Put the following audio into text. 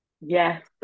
Yes